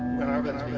when arbenz